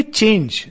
change